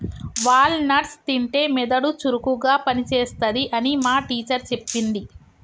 wall nuts తింటే మెదడు చురుకుగా పని చేస్తది అని మా టీచర్ చెప్పింది